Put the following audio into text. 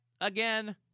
again